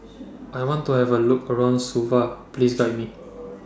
I want to Have A Look around Suva Please Guide Me